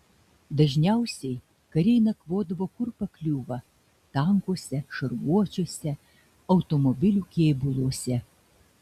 dažniausiai kariai nakvodavo kur pakliūva tankuose šarvuočiuose automobilių kėbuluose